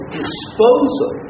disposal